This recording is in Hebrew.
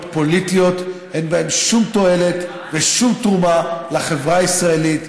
פוליטיות אין בהם שום תועלת ושום תרומה לחברה הישראלית,